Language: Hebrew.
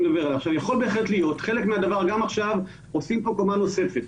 בחלק מהדבר, גם עכשיו עושים כאן קומה נוספת.